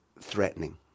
threatening